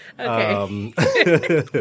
Okay